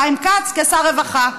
חיים כץ, כשר רווחה,